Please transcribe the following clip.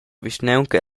vischnaunca